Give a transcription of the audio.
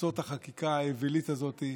תעצור את החקיקה האווילית הזאת,